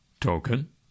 token